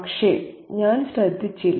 പക്ഷെ ഞാൻ ശ്രദ്ധിച്ചില്ല